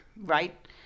right